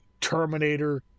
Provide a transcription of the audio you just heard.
Terminator